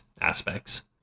aspects